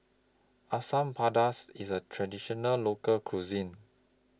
Asam Pedas IS A Traditional Local Cuisine